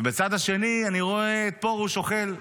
ובצד השני אני רואה את פרוש אוכל,